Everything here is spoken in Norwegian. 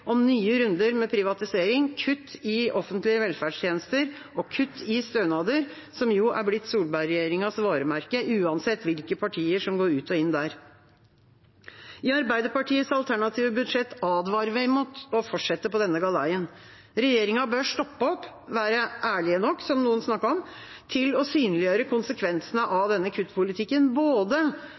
om nye runder med privatisering, kutt i offentlige velferdstjenester og kutt i stønader, som jo er blitt Solberg-regjeringas varemerke, uansett hvilke partier som går ut og inn der. I Arbeiderpartiets alternative budsjett advarer vi mot å fortsette på denne galeien. Regjeringa bør stoppe opp og være ærlige nok, som noen snakket om, til å synliggjøre konsekvensene av denne kuttpolitikken både